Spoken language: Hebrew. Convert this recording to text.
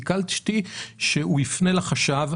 ביקשתי שהוא יפנה לחשב.